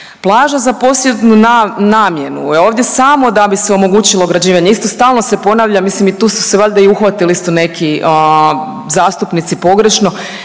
plaža za posjednu namjenu je ovdje samo da bi se omogućilo ograđivanje. Isto, stalno se ponavljam, mislim i tu su se valjda i uhvatili isto neki zastupnici pogrešno,